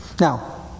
Now